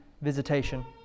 visitation